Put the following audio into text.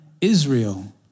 Israel